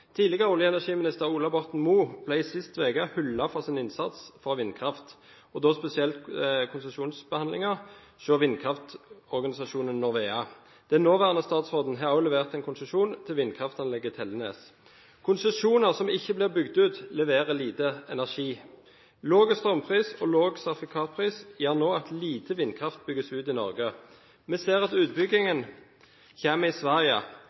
Tidligere olje- og energiminister Ola Borten Moe ble sist uke hyllet for sin innsats for vindkraft, og da spesielt konsesjonsbehandlingen for vindkraftorganisasjonen NORWEA. Den nåværende statsråden har også levert en konsesjon til vindkraftanlegget Tellnes. Konsesjoner som ikke blir bygd ut, leverer lite energi. Lav strømpris og lav sertifikatpris gjør nå at lite vindkraft bygges ut i Norge. Vi ser at utbyggingen kommer i Sverige.